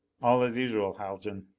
all as usual, haljan.